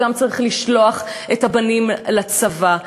וצריך לשלוח את הבנים לצבא.